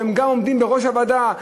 שגם עומדים בראש הוועדה,